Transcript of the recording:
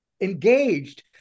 engaged